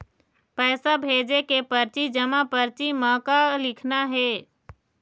पैसा भेजे के परची जमा परची म का लिखना हे?